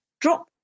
drop